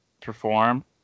perform